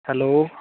hello